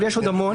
אבל יש עוד המון,